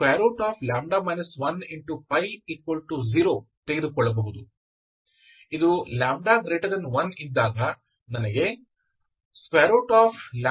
ಆದ್ದರಿಂದ ನೀವು ಇದನ್ನು sinλ 10 ತೆಗೆದುಕೊಳ್ಳಬಹುದು ಇದು λ1ಇದ್ದಾಗ ನನಗೆ λ 1nπ ನೀಡುತ್ತದೆ